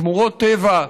שמורות טבע,